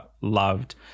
loved